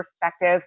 perspective